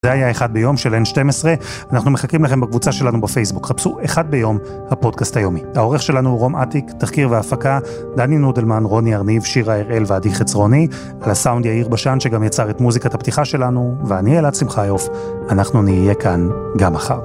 זה היה אחד ביום של N12, אנחנו מחכים לכם בקבוצה שלנו בפייסבוק, חפשו אחד ביום הפודקאסט היומי. העורך שלנו הוא רום עתיק, תחקיר והפקה, דני נודלמן, רוני ארניב, שירה הראל ועדי חצרוני, על הסאונד יאיר בשן שגם יצר את מוזיקת הפתיחה שלנו, ואני אלעד שמחיוף, אנחנו נהיה כאן גם מחר.